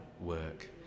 work